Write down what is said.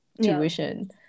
tuition